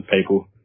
people